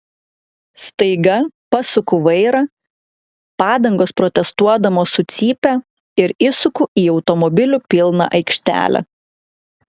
staiga pasuku vairą padangos protestuodamos sucypia ir įsuku į automobilių pilną aikštelę